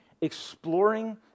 exploring